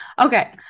Okay